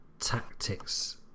tactics